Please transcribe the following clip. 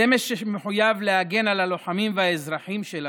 זה שמחויב להגן על הלוחמים ועל האזרחים שלנו.